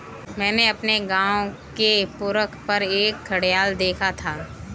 मैंने अपने गांव के पोखर पर एक घड़ियाल देखा था